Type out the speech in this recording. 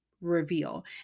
reveal